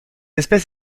espèce